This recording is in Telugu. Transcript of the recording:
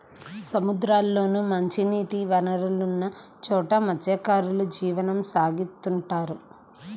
సముద్రాల్లోనూ, మంచినీటి వనరులున్న చోట మత్స్యకారులు జీవనం సాగిత్తుంటారు